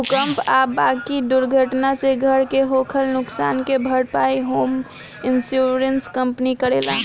भूकंप आ बाकी दुर्घटना से घर के होखल नुकसान के भारपाई होम इंश्योरेंस कंपनी करेले